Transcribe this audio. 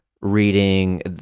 reading